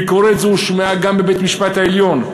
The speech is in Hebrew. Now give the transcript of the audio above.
ביקורת זו הושמעה גם בבית-המשפט העליון,